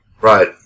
Right